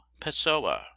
Pessoa